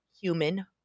human